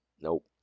Nope